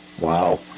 wow